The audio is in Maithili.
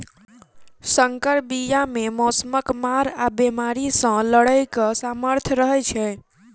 सँकर बीया मे मौसमक मार आ बेमारी सँ लड़ैक सामर्थ रहै छै